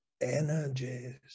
energies